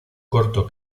corto